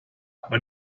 aber